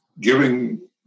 giving